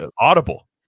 audible